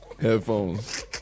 headphones